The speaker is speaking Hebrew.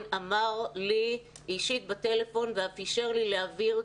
אמר לי אישית בטלפון ואף אישר לי להבהיר,